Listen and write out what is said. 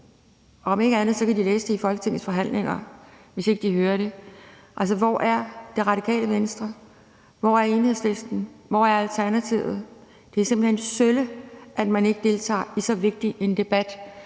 om ikke andet kan de læse det i referatet af Folketingets forhandlinger, hvis ikke de hører det. Altså, hvor er Radikale Venstre? Hvor er Enhedslisten? Hvor er Alternativet? Det er simpelt hen sølle, at man ikke deltager i så vigtig en debat